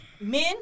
men